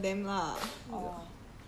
oh then